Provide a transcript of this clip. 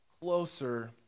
closer